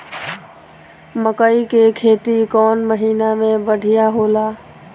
मकई के खेती कौन महीना में बढ़िया होला?